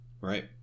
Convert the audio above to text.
Right